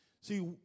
See